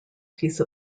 peace